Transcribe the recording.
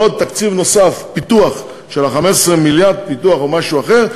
ועוד תקציב נוסף של 15 מיליארד פיתוח או משהו אחר,